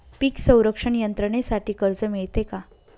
पीक संरक्षण यंत्रणेसाठी कर्ज मिळते का?